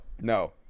no